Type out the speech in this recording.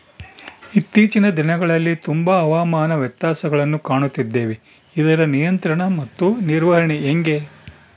ಇತ್ತೇಚಿನ ದಿನಗಳಲ್ಲಿ ತುಂಬಾ ಹವಾಮಾನ ವ್ಯತ್ಯಾಸಗಳನ್ನು ಕಾಣುತ್ತಿದ್ದೇವೆ ಇದರ ನಿಯಂತ್ರಣ ಮತ್ತು ನಿರ್ವಹಣೆ ಹೆಂಗೆ?